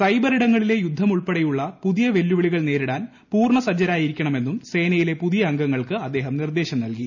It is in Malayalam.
സൈബറിടങ്ങളിലെ യുദ്ധം ഉൾപ്പടെയുള്ള പുതിയ വെല്ലുവിളികൾ നേരിടാൻ പൂർണ്ണ സജ്ജരായിരിക്കണമെന്നും സേനയിലെ പുതിയ അംഗങ്ങൾക്ക് അദ്ദേഹം നിർദ്ദേശം നൽകി